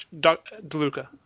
DeLuca